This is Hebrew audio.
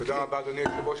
תודה רבה אדוני היושב ראש.